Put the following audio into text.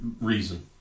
reason